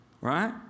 Right